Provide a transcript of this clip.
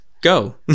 go